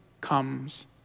comes